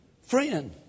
Friend